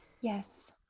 yes